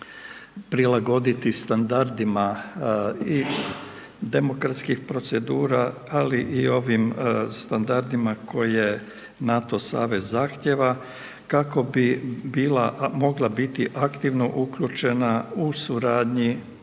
prilagoditi standardima i demokratskih procedura ali i ovim standardima koje NATO savez zahtjeva kako bi bila, mogla biti aktivno uključena u suradnji